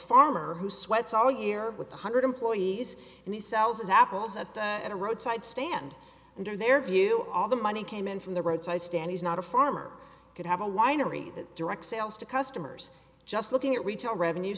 farmer who sweats all year with one hundred employees and he sells his apples at the at a roadside stand under their view all the money came in from the roadside stand he's not a farmer could have a winery the direct sales to customers just looking at retail revenue